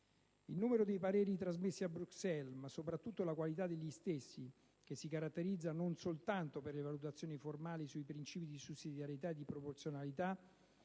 Il numero di pareri trasmessi a Bruxelles, ma soprattutto la qualità degli stessi, che si caratterizza non soltanto per valutazioni formali sui principi di sussidiarietà e proporzionalità,